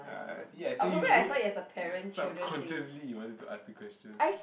I see I told you you you subconsciously you want to ask the question